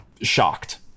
shocked